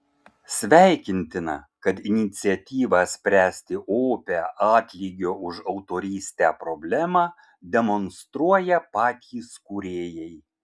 sveikintina kad iniciatyvą spręsti opią atlygio už autorystę problemą demonstruoja patys kūrėjai